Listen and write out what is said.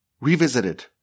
revisited